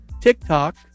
TikTok